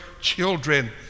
children